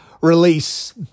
release